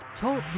Talk